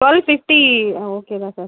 twelve fifty okay தான் sir